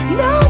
no